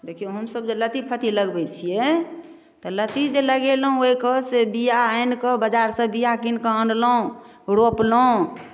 देखियौ हमसभ जे लत्ती फत्ती लगबै छियै तऽ लत्ती जे लगेलहुँ ओहिके से बीआ आनि कऽ बजारसँ बीआ कीनि कऽ अनलहुँ रोपलहुँ